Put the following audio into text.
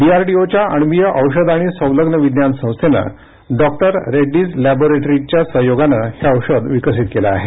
डीआरडीओच्या अण्वीय औषध आणि संलग्न विज्ञान संस्थेनं डॉक्टर रेड्डीज लॅबोरेटरीजच्या सहयोगाने हे औषध विकसित केलं आहे